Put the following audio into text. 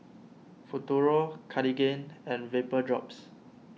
Futuro Cartigain and Vapodrops